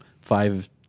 five